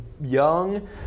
young